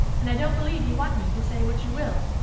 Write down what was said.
and i don't believe you want me to say what you will.